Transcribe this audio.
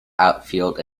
outfield